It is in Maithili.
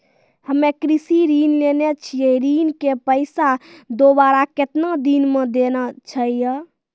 हम्मे कृषि ऋण लेने छी ऋण के पैसा दोबारा कितना दिन मे देना छै यो?